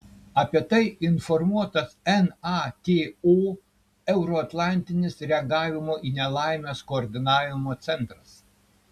apie tai informuotas nato euroatlantinis reagavimo į nelaimes koordinavimo centras